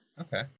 okay